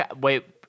Wait